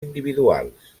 individuals